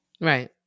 Right